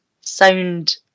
sound